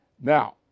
Now